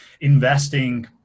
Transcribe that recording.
investing